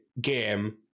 game